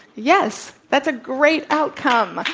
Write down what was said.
yes. that's a great outcome.